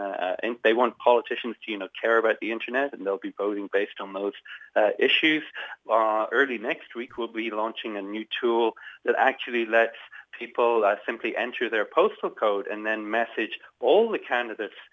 that they want politicians to care about the internet and they'll be voting based on those issues early next week we'll be launching a new tool that actually let people simply enter their postal code and then message all the candidates